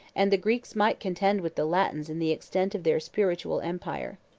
and the greeks might contend with the latins in the extent of their spiritual empire.